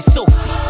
Sophie